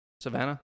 Savannah